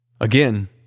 Again